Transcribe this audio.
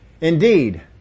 Indeed